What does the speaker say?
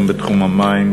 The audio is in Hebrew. גם בתחום המים,